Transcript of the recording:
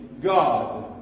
God